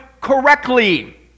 correctly